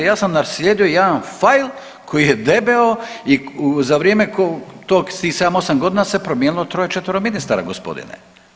Ja sam naslijedio jedan file koji je debeo i za vrijeme tog tih 7, 8 godina se promijenilo troje, četvero ministara, gospodine.